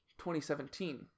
2017